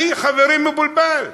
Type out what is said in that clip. חברים, אני מבולבל.